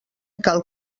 cal